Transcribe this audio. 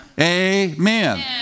Amen